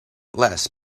less